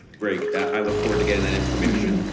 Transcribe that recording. great, i look forward to getting that information.